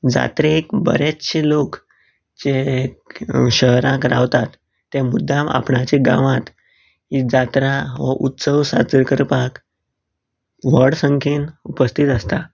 जात्रेक बरेचशे लोक जे शहरांक रावतात ते मुद्दम आपणाचे गावांत ती जात्रा हो उत्सव साजरे करपाक व्हड संख्येन उपस्थित आसता